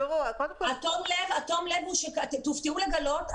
תופתעו לגלות,